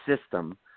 system